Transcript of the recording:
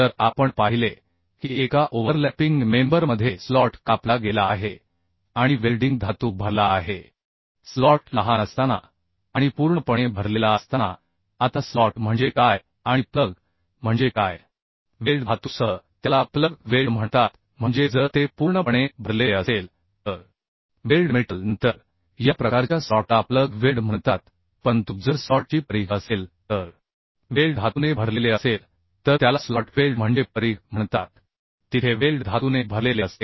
जर आपण पाहिले की एका ओव्हरलॅपिंग मेंबर मध्ये स्लॉट कापला गेला आहे आणि वेल्डिंग धातू भरला आहे स्लॉट लहान असताना आणि पूर्णपणे भरलेला असताना आता स्लॉट म्हणजे काय आणि प्लग म्हणजे काय वेल्ड धातूसह त्याला प्लग वेल्ड म्हणतात म्हणजे जर ते पूर्णपणे भरलेले असेल तर वेल्ड मेटल नंतर या प्रकारच्या स्लॉटला प्लग वेल्ड म्हणतात परंतु जर स्लॉटची परिघ असेल तर वेल्ड धातूने भरलेले असेल तर त्याला स्लॉट वेल्ड म्हणजे परिघ म्हणतात तिथे वेल्ड धातूने भरलेले असते